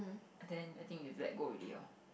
then I think you've let go already orh